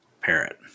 Parrot